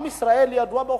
עם ישראל ידוע בחוכמתו.